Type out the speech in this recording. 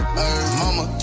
Mama